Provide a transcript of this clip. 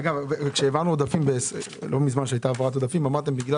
לא מזמן כשהיתה העברת עודפים אמרתם: כיוון